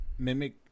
Mimic